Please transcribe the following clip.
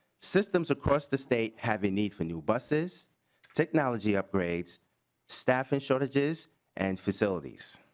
systems across the state have a need for new buses technology upgrades staffing shortages and facilities.